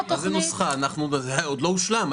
אבל הנוסח עוד לא הושלם.